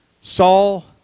Saul